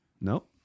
Nope